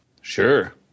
Sure